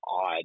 odd